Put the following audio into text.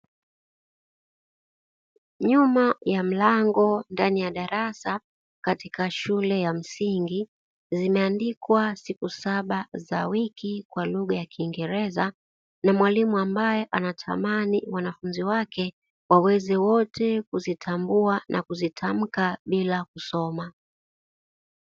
Nyuma ya mlango ndani ya darasa katika shule ya msingi zimeandikwa siku saba za wiki kwa lugha ya kiingereza, na mwalimu ambaye anatamani wanafunzi wake waweze wote kuzitambua na kuzitamka bila kusoma.